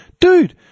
dude